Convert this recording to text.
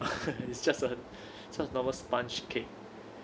it's just a just normal sponge cake